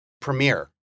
premiere